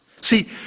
See